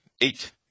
eight